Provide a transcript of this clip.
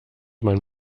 man